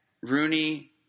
Rooney